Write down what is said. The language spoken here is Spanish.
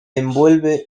envuelve